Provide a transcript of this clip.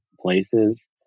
places